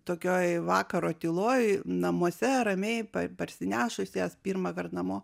tokioj vakaro tyloj namuose ramiai pa parsinešus jas pirmąkart namo